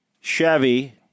Chevy